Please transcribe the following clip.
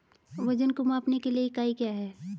वजन को मापने के लिए इकाई क्या है?